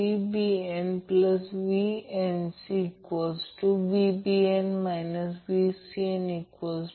तर balanced Y connected source आणि balanced Y connected load